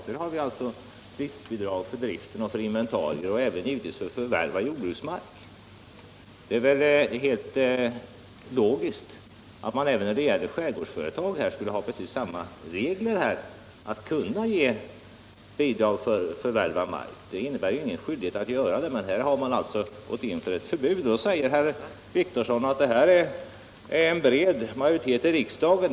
Där finns bidrag för drift, för inventarier och även för att förvärva jordbruksmark. Det är väl helt logiskt att man för skärgårdsföretag skulle ha precis samma regler och kunna ge bidrag till förvärv av mark. Det innebär ingen skyldighet att ge sådana bidrag. Men här har man i stället gått in för ett förbud. Herr Wictorsson säger att en bred majoritet i riksdagen står bakom.